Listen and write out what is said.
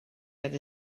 other